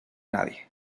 nadie